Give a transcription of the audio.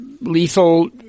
lethal